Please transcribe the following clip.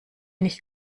nicht